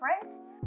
different